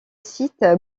site